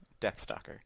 Deathstalker